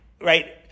right